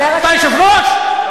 אתה יושב-ראש?